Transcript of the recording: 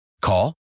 Call